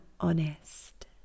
honest